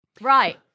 Right